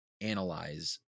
analyze